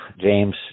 James